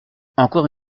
encore